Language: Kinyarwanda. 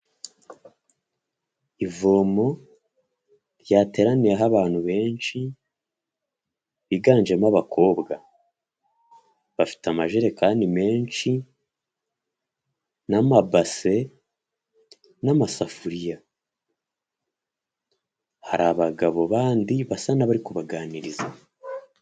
Ivomo ryateraniyeho abantu benshi biganjemo abakobwa, bafite amajerekani menshi n'amabase, n'amasafuriya, hari abagabo bandi basa n'abari kubaganiriza.